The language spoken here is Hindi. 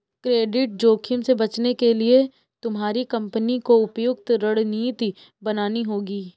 क्रेडिट जोखिम से बचने के लिए तुम्हारी कंपनी को उपयुक्त रणनीति बनानी होगी